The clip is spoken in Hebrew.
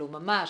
לא ממש,